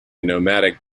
nomadic